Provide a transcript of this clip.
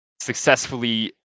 successfully